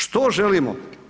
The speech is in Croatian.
Što želimo?